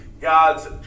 God's